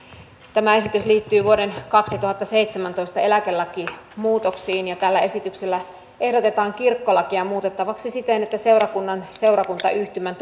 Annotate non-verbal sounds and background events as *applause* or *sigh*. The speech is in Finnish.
tämä esitys liittyy vuoden kaksituhattaseitsemäntoista eläkelakimuutoksiin ja tällä esityksellä ehdotetaan kirkkolakia muutettavaksi siten että seurakunnan seurakuntayhtymän *unintelligible*